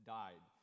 died